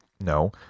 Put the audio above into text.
no